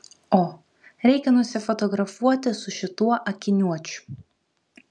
o reikia nusifotografuoti su šituo akiniuočiu